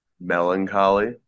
melancholy